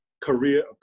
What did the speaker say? career